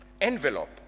envelope